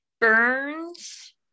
Burns